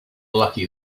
lucky